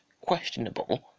questionable